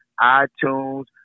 iTunes